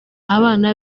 abana